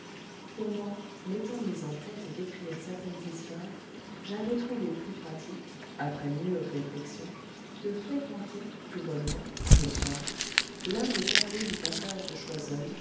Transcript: pour moi m'étant mis en tête d'écrire certaines histoires j'avais trouvé plus pratique après mûre réflexion de fréquenter tout bonnement le soir l'un des cafés du passage de choiseul